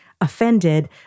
offended